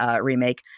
Remake